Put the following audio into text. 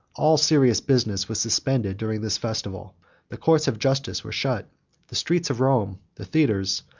all serious business was suspended during this festival the courts of justice were shut the streets of rome, the theatres,